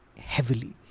heavily